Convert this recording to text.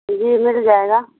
جی مل جائے گا